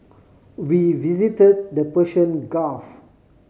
we visit the Persian Gulf